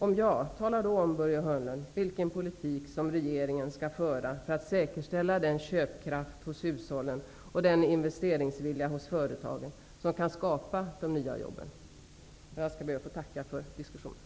Om Börje Hörnlund svarar ja, ber jag honom tala om vilken politik som regeringen skall föra för att säkerställa den köpkraft hos hushållen och den investeringsvilja hos företagen som kan skapa de nya jobben. Jag ber att få tacka för diskussionen.